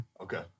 Okay